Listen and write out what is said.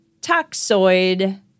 toxoid